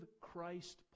Christ